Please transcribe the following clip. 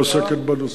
העוסקת בנושא.